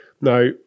Now